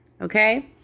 Okay